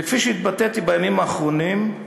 וכפי שהתבטאתי בימים האחרונים,